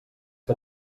que